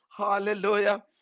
hallelujah